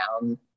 down